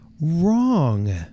wrong